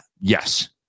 Yes